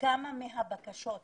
כמה מהבקשות מאושרות,